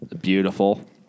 beautiful